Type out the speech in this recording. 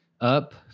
up